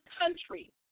country